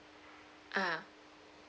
ah